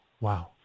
Wow